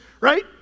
right